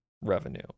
revenue